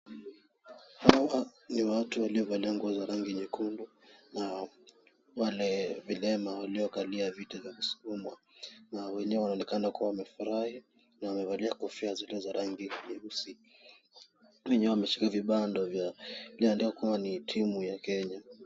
Hawa ni watu waliovalia nguo za rangi nyekundu na wale vilema waliokalia viti vya kuskumwa na wenyewe wanaonekana kuwa wamefurahi na wamevalia kofia zilizo za rangi nyeusi. Wameshika vibando vya inayoendea kuwa ni timu ya Kenya.